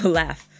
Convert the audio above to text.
laugh